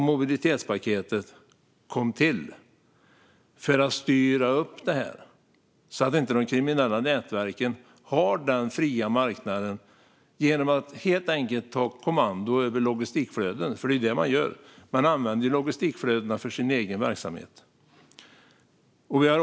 Mobilitetspaketet kom till för att styra upp det här så att inte de kriminella nätverken har den fria marknaden genom att helt enkelt ta kommando över logistikflöden, för det är det de gör. De använder logistikflödena för sin egen verksamhet.